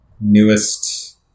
newest